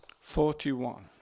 Forty-one